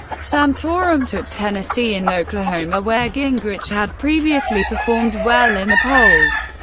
santorum took tennessee and oklahoma, where gingrich had previously performed well in the polls,